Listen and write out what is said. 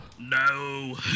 No